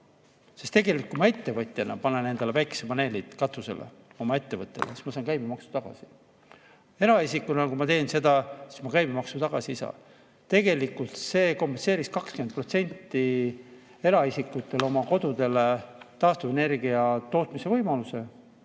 Sest tegelikult, kui ma ettevõtjana panen endale päikesepaneelid katusele, oma ettevõttele, siis ma saan käibemaksu tagasi. Eraisikuna, kui ma seda teen, ma käibemaksu tagasi ei saa. Tegelikult see kompenseeriks 20% eraisikutel oma kodudele taastuvenergia tootmise võimaluse.